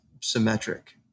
symmetric